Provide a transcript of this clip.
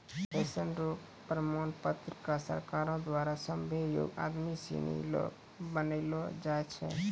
pension र प्रमाण पत्र क सरकारो द्वारा सभ्भे योग्य आदमी सिनी ल बनैलो जाय छै